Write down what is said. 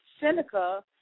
Seneca